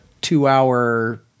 two-hour